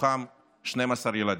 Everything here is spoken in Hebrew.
מתוכם 12 ילדים.